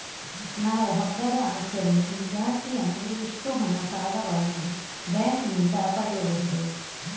ನಾವು ಹಬ್ಬದ ಆಚರಣೆಗೆ ಜಾಸ್ತಿ ಅಂದ್ರೆ ಎಷ್ಟು ಹಣ ಸಾಲವಾಗಿ ಬ್ಯಾಂಕ್ ನಿಂದ ಪಡೆಯಬಹುದು?